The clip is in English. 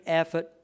effort